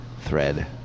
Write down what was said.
thread